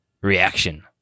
reaction